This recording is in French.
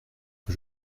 que